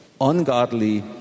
ungodly